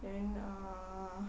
then err